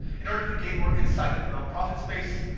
in order to gain more insight in the nonprofit space,